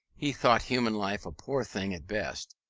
he thought human life a poor thing at best,